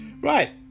right